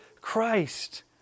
Christ